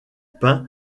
peint